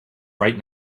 right